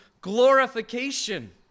glorification